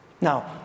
Now